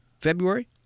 february